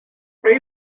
pray